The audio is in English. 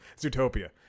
Zootopia